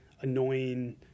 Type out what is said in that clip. annoying